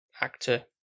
actor